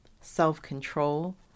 self-control